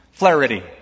Flaherty